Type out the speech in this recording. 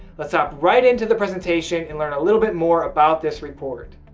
let's hop right into the presentation and learn a little bit more about this report.